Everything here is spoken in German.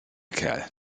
kerl